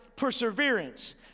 Perseverance